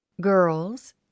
girls